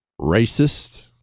racist